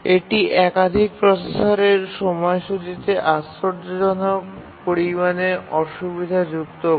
এটি একাধিক প্রসেসরের সময়সূচীটিতে কিছুটা সমস্যা সৃষ্টি করে